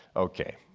okay,